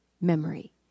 memory